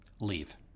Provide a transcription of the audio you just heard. leave